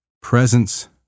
Presence